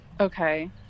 Okay